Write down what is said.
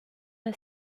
the